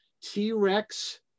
T-Rex